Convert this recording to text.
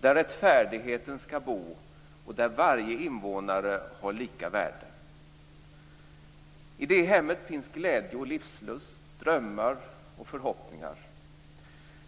där rättfärdigheten skall bo och där varje invånare har lika värde. I det hemmet finns glädje och livslust, drömmar och förhoppningar.